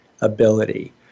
ability